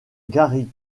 gary